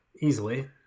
easily